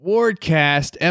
Wardcast